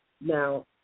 Now